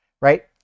right